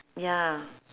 ya